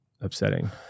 upsetting